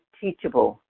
teachable